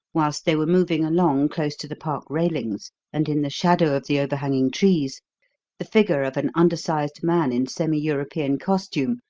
whilst they were moving along close to the park railings and in the shadow of the overhanging trees the figure of an undersized man in semi-european costume,